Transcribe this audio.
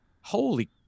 Holy